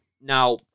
now